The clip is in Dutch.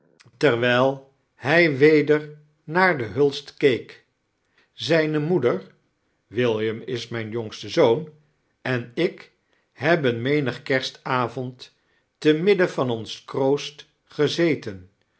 terwijl hij weder naar den hulst keek zijne moeder william is mijn jongste zoon en ik hebben menigen kerstavond te midden van one kroost gezeten